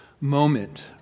moment